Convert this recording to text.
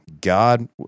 God